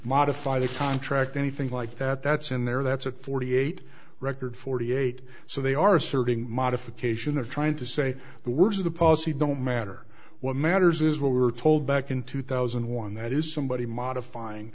modify the contract or anything like that that's in there that's a forty eight record forty eight so they are asserting modification or trying to say the words of the policy don't matter what matters is what we were told back in two thousand and one that is somebody modifying